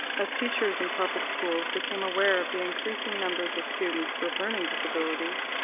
as teachers and public schools became aware of the increasing numbers of students with learning disabilities,